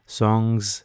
songs